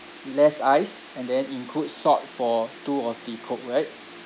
less ice and then include salt for two or three coke right